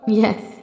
yes